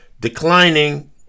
declining